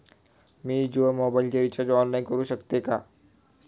मी जियो मोबाइलचे recharge online करू शकते का?